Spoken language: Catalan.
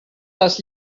les